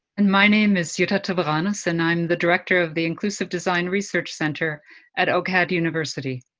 and my name is jutta treviranus, and i'm the director of the inclusive design research center at ocad university.